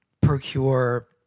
procure